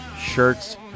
shirts